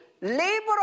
labor